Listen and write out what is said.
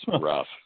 rough